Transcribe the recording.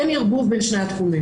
אין ערבוב בין שני התחומים.